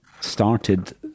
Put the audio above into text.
started